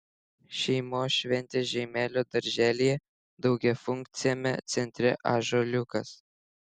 šeimos šventė žeimelio darželyje daugiafunkciame centre ąžuoliukas